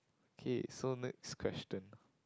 kay so next question